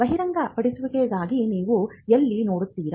ಬಹಿರಂಗಪಡಿಸುವಿಕೆಗಾಗಿ ನೀವು ಎಲ್ಲಿ ನೋಡುತ್ತೀರಿ